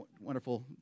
wonderful